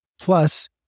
Plus